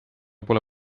pole